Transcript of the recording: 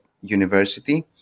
University